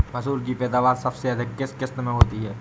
मसूर की पैदावार सबसे अधिक किस किश्त में होती है?